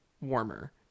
warmer